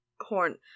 Horn